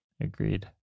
agreed